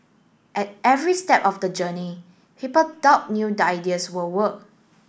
at every step of the journey people doubt new ideas will work